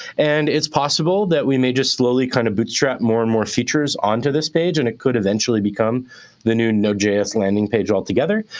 and it's possible that we may just slowly kind of bootstrap more and more features onto this page. and it could eventually become the new node js landing page altogether.